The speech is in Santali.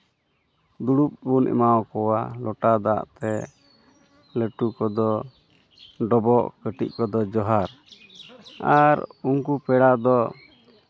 ᱫᱩᱲᱩᱵ ᱵᱚᱱ ᱮᱢᱟ ᱠᱚᱣᱟ ᱞᱚᱴᱟ ᱫᱟᱜ ᱛᱮ ᱞᱟᱹᱴᱩ ᱠᱚᱫᱚ ᱰᱚᱵᱚᱜ ᱠᱟᱹᱴᱤᱡ ᱠᱚᱫᱚ ᱡᱚᱦᱟᱨ ᱟᱨ ᱩᱱᱠᱩ ᱯᱮᱲᱟ ᱫᱚ